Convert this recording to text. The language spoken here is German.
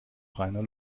reiner